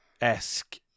esque